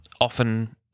often